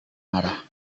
arah